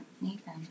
Nathan